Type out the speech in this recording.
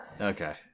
Okay